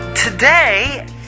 Today